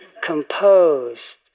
composed